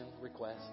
request